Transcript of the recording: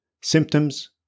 Symptoms